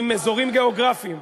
עם אזורים גיאוגרפיים.